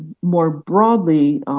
more broadly,